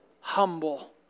Humble